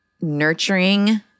nurturing